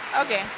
Okay